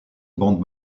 bande